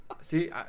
See